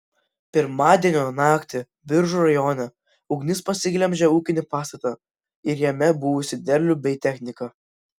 pirmadienio naktį biržų rajone ugnis pasiglemžė ūkinį pastatą ir jame buvusį derlių bei techniką